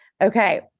Okay